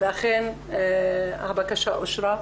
ואכן הבקשה אושרה,